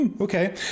Okay